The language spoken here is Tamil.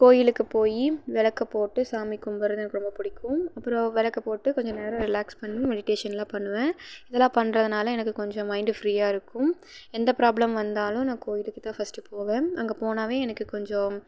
கோயிலுக்கு போய் விளக்கு போட்டு சாமி கும்பிட்றது எனக்கு ரொம்ப பிடிக்கும் அப்புறோம் விளக்கு போட்டு கொஞ்சம் நேரம் ரிலாக்ஸ் பண்ணி மெடிடேஷன்லாம் பண்ணுவேன் இதெல்லாம் பண்ணுறதுனால எனக்கு கொஞ்சம் மைண்டு ஃப்ரீயாக இருக்கும் எந்த ப்ராபளம் வந்தாலும் நான் கோயிலுக்குதான் ஃபஸ்ட்டு போவேன் அங்கே போனாலே எனக்கு கொஞ்சம்